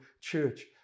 church